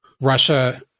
Russia